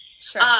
Sure